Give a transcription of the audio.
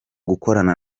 gukorana